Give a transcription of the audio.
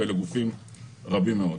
ואלה גופים רבים מאוד.